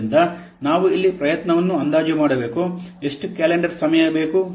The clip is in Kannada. ಆದ್ದರಿಂದ ನಾವು ಇಲ್ಲಿ ಪ್ರಯತ್ನವನ್ನು ಅಂದಾಜು ಮಾಡಬೇಕು ಎಷ್ಟು ಕ್ಯಾಲೆಂಡರ್ ಸಮಯ ಬೇಕು